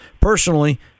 Personally